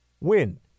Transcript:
win